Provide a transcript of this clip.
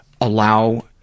allow